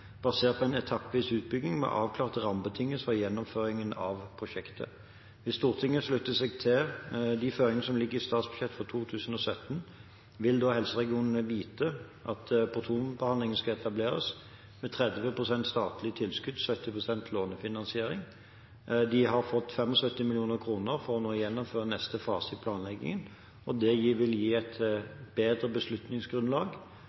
basert på en etappevis utbygging – med avklarte rammebetingelser for gjennomføringen av prosjektet. Hvis Stortinget slutter seg til de føringene som ligger i statsbudsjettet for 2017, vil da helseregionene vite at protonbehandling skal etableres med 30 pst. statlig tilskudd og 70 pst. lånefinansiering. De har fått 75 mill. kr for å gjennomføre neste fase i planleggingen. Det vil gi et